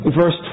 Verse